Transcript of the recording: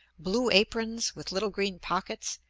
blue aprons with little green pockets,